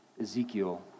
Ezekiel